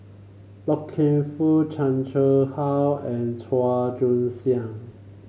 Loy Keng Foo Chan Chang How and Chua Joon Siang